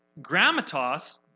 grammatos